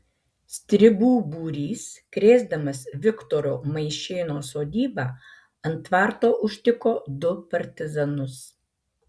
stribų būrys krėsdamas viktoro maišėno sodybą ant tvarto užtiko du partizanus